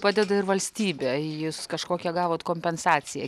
padeda ir valstybė jūs kažkokią gavot kompensaciją